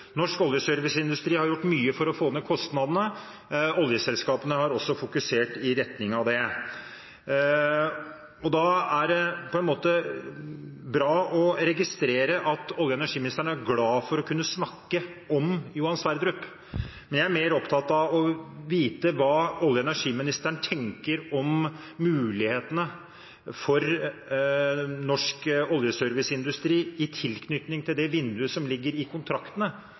Norsk oljeserviceindustri har gjort mye for å få ned kostnadene, oljeselskapene har også fokusert i retning av det. Da er det på en måte bra å registrere at olje- og energiministeren er glad for å kunne snakke om Johan Sverdrup, men jeg er mer opptatt av å vite hva olje- og energiministeren tenker om mulighetene for norsk oljeserviceindustri i tilknytning til det vinduet som ligger i kontraktene